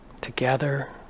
together